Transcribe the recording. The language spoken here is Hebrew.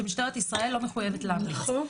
שמשטרת ישראל לא מחויבת להמליץ.